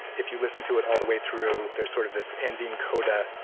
if you listen to it all the way through there's sort of this ending coda.